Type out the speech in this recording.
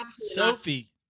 Sophie